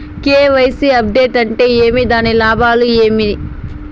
KYC update అంటే ఏమి? దాని లాభాలు ఏమేమి?